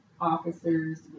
officers